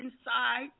inside